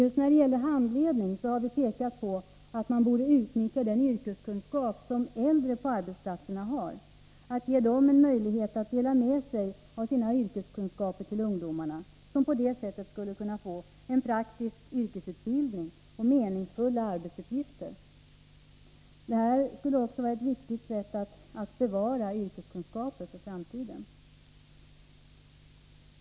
Just när det gäller handledning har vi pekat på att man borde utnyttja den yrkeskunskap som äldre på arbetsplatserna har, ge dem en möjlighet att dela med sig av sina yrkeskunskaper till ungdomarna, som på det sättet skulle kunna få en praktisk yrkesutbildning och meningsfulla arbetsuppgifter. Det skulle också vara ett sätt att bevara viktiga yrkeskunskaper för framtiden.